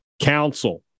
Council